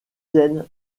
tiennent